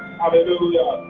hallelujah